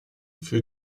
für